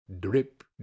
drip